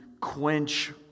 quench